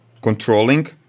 controlling